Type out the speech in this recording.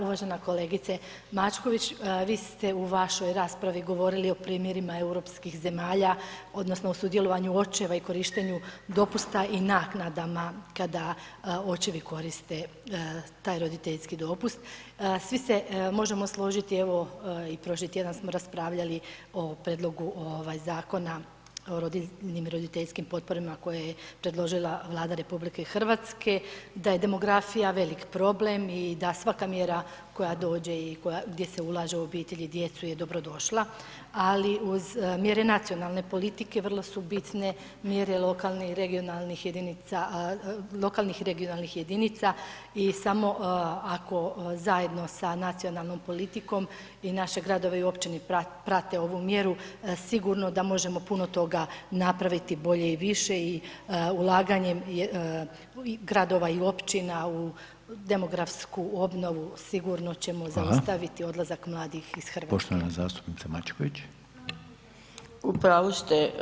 Uvažena kolegice Mačković, vi ste u vašoj raspravi govorili o primjerima europskih zemalja odnosno o sudjelovanju očeva i korištenju dopusta i naknadama kada očevi koriste taj roditeljski dopust, svi se možemo složiti, evo i prošli tjedan smo raspravljali o Prijedlogu ovaj zakona o rodiljnim i roditeljskim potporama koje je predložila Vlada Republike Hrvatske, da je demografija veliki problem i da svaka mjera koja dođe i gdje se ulaže u obitelji, djecu je dobro došla, ali uz mjere nacionalne politike vrlo su bitne mjere lokalne i regionalnih jedinica, lokalnih i regionalnih jedinica, i samo ako zajedno sa nacionalnom politikom i naše gradove i općine prate ovu mjeru, sigurno da možemo puno toga napraviti bolje i više, i ulaganjem Gradova i Općina u demografsku obnovu sigurno ćemo zaustaviti odlazak mladih iz Hrvatske.